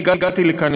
אני הגעתי לכאן,